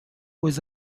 was